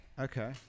Okay